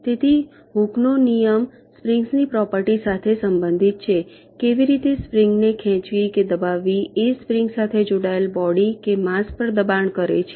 તેથી હૂકનો નિયમ Hooke's law સ્પ્રિંગ્સની પ્રોપર્ટી સાથે સંબંધિત છે કેવી રીતે સ્પ્રિંગ ને ખેંચવી કે દબાવવી એ સ્પ્રિંગ સાથે જોડાયેલ બોડી કે માસ પર દબાણ કરે છે